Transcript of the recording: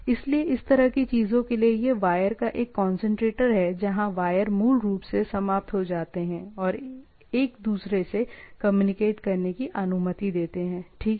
इसलिए इस तरह की चीजों के लिए यह वायर का एक कंसंट्रेटर हैजहां वायर मूल रूप से समाप्त हो जाते हैं और एक दूसरे से कम्युनिकेट करने की अनुमति देते हैं ठीक है